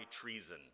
treason